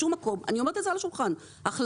בשום מקום אני אומרת את זה על השולחן החלטה